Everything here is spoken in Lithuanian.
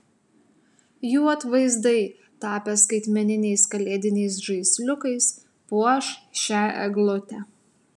jų atvaizdai tapę skaitmeniniais kalėdiniais žaisliukais puoš šią eglutę